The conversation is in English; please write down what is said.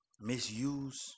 Misuse